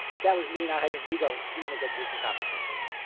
but that was me not having an ego and seeing a good business opportunity.